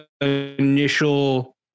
initial